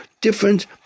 different